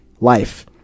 life